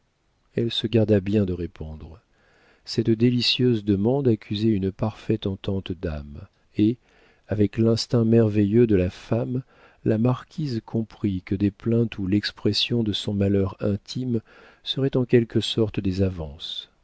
elle se garda bien de répondre cette délicieuse demande accusait une parfaite entente d'âme et avec l'instinct merveilleux de la femme la marquise comprit que des plaintes ou l'expression de son malheur intime seraient en quelque sorte des avances